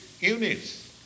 units